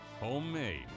Homemade